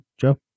Joe